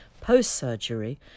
Post-surgery